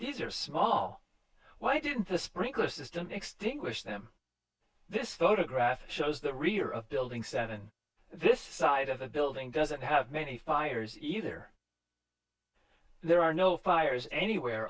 these are small why didn't the sprinkler system extinguish them this photograph shows the rear of building seven this side of a building doesn't have many fires either there are no fires anywhere